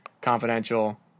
confidential